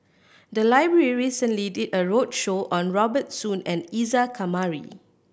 the library recently did a roadshow on Robert Soon and Isa Kamari